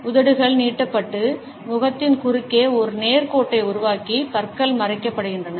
உதடுகள் நீட்டப்பட்டு முகத்தின் குறுக்கே ஒரு நேர் கோட்டை உருவாக்கி பற்கள் மறைக்கப்படுகின்றன